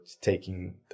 taking